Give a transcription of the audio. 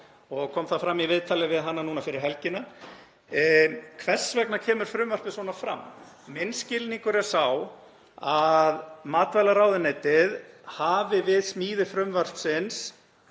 og kom það fram í viðtali við hana núna fyrir helgina. Hvers vegna kemur frumvarpið svona fram? Minn skilningur er sá að matvælaráðuneytið hafi við smíði frumvarpsins